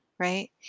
Right